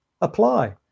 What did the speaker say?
apply